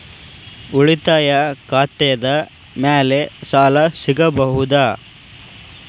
ಉಳಿತಾಯ ಖಾತೆದ ಮ್ಯಾಲೆ ಸಾಲ ಸಿಗಬಹುದಾ?